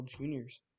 juniors